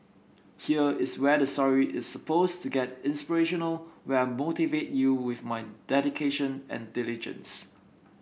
here is where the story is suppose to get inspirational where I motivate you with my dedication and diligence